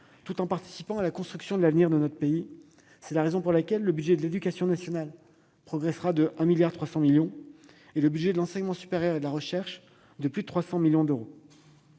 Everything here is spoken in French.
tout en participant à la construction de l'avenir de notre pays. C'est la raison pour laquelle le budget de l'éducation nationale progressera de 1,3 milliard d'euros et le budget de l'enseignement supérieur et de la recherche de plus de 300 millions d'euros.